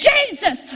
Jesus